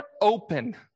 open